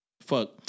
fuck